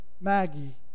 Maggie